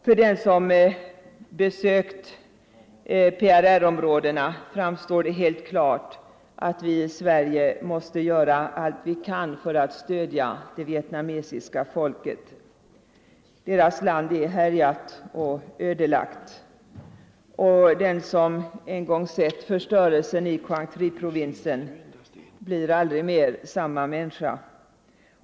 För den som har besökt PRR-områdena framstår det som helt klart att vi i Sverige måste göra allt vi kan för att stödja det vietnamesiska folket. Dess land är härjat och ödelagt. Den som en gång har sett förstörelsen i Quang Tri-provinsen blir aldrig mer samma människa.